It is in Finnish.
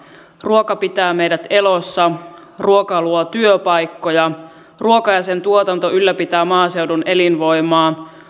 ruoka pitää meidät elossa ruoka luo työpaikkoja ruoka ja sen tuotanto ylläpitää maaseudun elinvoimaa